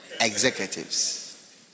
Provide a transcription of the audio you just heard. Executives